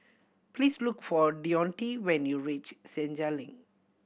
please look for Deonte when you reach Senja Link